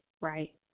right